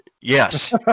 Yes